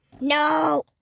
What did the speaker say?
No